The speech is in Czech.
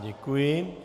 Děkuji.